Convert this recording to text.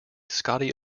scotty